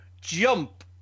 jump